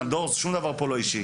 שום דבר פה לא אישי.